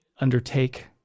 undertake